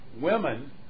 women